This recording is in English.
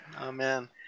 Amen